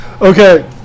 Okay